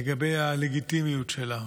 לגבי הלגיטימיות שלה.